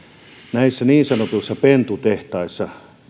näissä niin sanotuissa pentutehtaissa